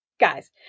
guys